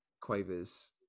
quavers